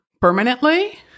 permanently